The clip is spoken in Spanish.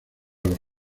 los